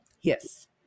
Yes